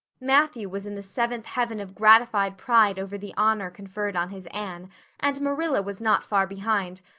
matthew was in the seventh heaven of gratified pride over the honor conferred on his anne and marilla was not far behind,